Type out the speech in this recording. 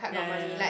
ya ya ya